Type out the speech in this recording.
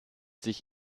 sich